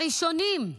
הראשונים,